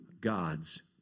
God's